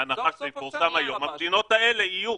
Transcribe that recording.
בהנחה שיפורסם היום, המדינות האלה יהיו.